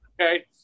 Okay